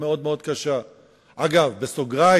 פשוט